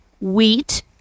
wheat